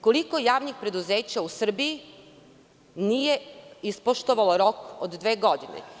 Koliko javnih preduzeća u Srbiji nije ispoštovalo rok od dve godine?